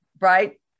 right